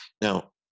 Now